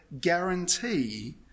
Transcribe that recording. guarantee